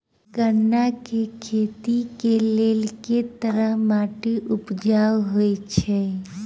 गन्ना केँ खेती केँ लेल केँ तरहक माटि उपजाउ होइ छै?